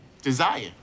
desire